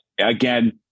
again